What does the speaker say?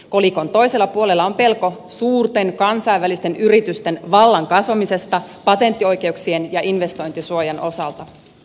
kolikon toisella puolella on pelko suurten kansainvälisten yritysten vallan kasvamisesta patenttioikeuksien ja investointisuojan osalta